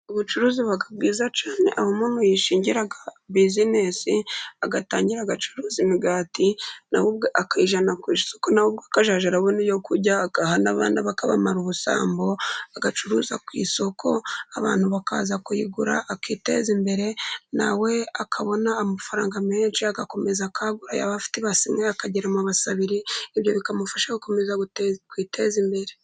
Ubucuruzi buba bwiza cyane aho umuntu yishingira bizinesi, agatangira agacuruza imigati, na we ubwe akazajya arabona iyo kurya agaha n'abana be akabamara ubusambo, agacuruza ku isoko, abantu bakaza kuyigura, akiteza imbere, na we akabona amafaranga menshi, agakomeza akagura yaba afite ibase imwe akagira amabase abiri, ibyo bikamufasha gukomeza kwiteza imbere.